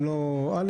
הם לא א',